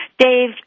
Dave